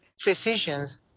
Physicians